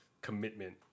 commitment